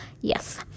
Yes